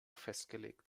festgelegt